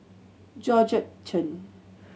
Georgette Chen